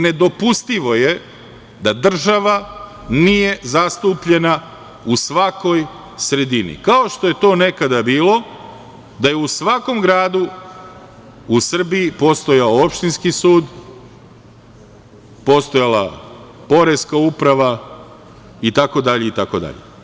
Nedopustivo je da država nije zastupljena u svakoj sredini, kao što je to nekada bilo da je u svakom gradu u Srbiji postojao opštinski sud, postojala poreska uprava itd, itd.